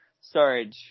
storage